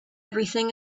everything